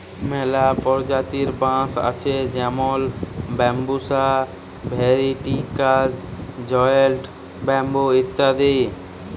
ম্যালা পরজাতির বাঁশ আছে যেমল ব্যাম্বুসা ভেলটিরিকসা, জায়েল্ট ব্যাম্বু ইত্যাদি